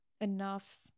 enough